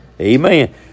Amen